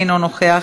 אינו נוכח,